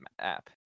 app